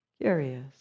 curious